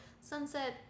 Sunset